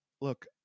Look